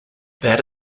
that